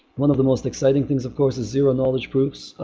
one of the most exciting things of course is zero knowledge proofs,